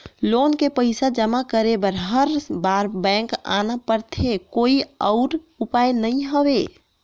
Loan के पईसा जमा करे बर हर बार बैंक आना पड़थे कोई अउ उपाय नइ हवय?